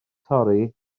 torri